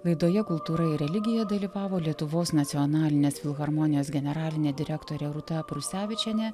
laidoje kultūra ir religija dalyvavo lietuvos nacionalinės filharmonijos generalinė direktorė rūta prusevičienė